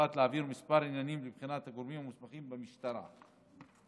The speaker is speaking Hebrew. הוחלט להעביר כמה עניינים לבחינת הגורמים המוסמכים במשטרת ישראל,